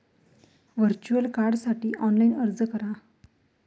virtual कार्डसाठी online अर्ज करा